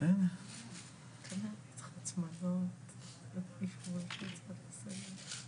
כדי שתהיה יציבות ותהיה הסתמכות גם בעניין הזה.